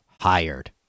hired